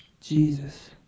Jesus